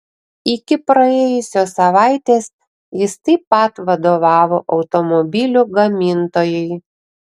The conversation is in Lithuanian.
iki praėjusios savaitės jis taip pat vadovavo automobilių gamintojui